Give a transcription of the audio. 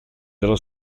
dello